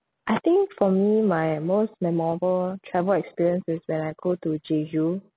I think for me my most memorable travel experience is when I go to jeju